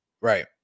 Right